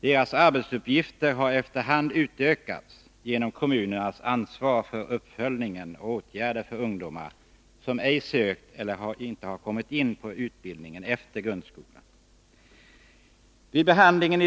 Deras uppgifter har efter hand utökats genom kommunernas ansvar för uppföljningen av åtgärder för ungdomar, som ej sökt eller kommit in på utbildning efter grundskolan.